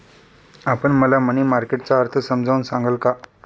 आपण मला money market चा अर्थ समजावून सांगाल का?